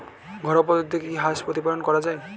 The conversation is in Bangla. ঘরোয়া পদ্ধতিতে কি হাঁস প্রতিপালন করা যায়?